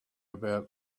about